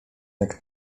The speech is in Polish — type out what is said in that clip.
jak